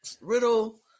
Riddle